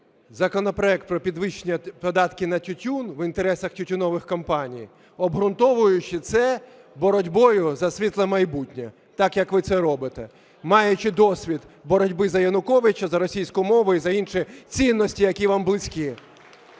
законопроект про підвищення податків на тютюн в інтересах тютюнових компаній, обґрунтовуючи це боротьбою за світле майбутнє, так, як ви це робите, маючи досвід боротьби за Януковича, за російську мову і за інші цінності, які вам близькі.